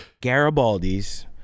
Garibaldi's